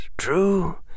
True